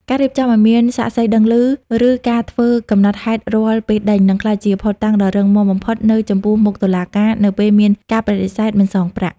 ការរៀបចំឱ្យមាន "សាក្សី" ដឹងឮ ឬការធ្វើកំណត់ហេតុរាល់ពេលដេញ នឹងក្លាយជាភស្តុតាងដ៏រឹងមាំបំផុតនៅចំពោះមុខតុលាការ នៅពេលមានការបដិសេធមិនសងប្រាក់។